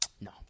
No